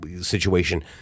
situation